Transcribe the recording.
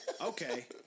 okay